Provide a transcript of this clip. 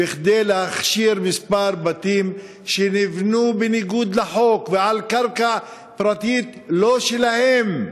כדי להכשיר כמה בתים שנבנו בניגוד לחוק ועל קרקע פרטית שאינה שלהם.